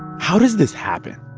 how does this happen?